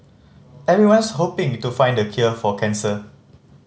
everyone's hoping to find the cure for cancer